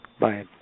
Bye